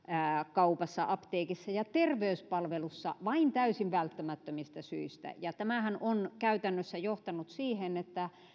kaupassa apteekissa ja terveyspalvelussa vain täysin välttämättömistä syistä ja tämähän on käytännössä johtanut siihen että